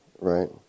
right